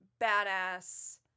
badass